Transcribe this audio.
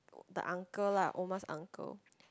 the uncle lah Omar's uncle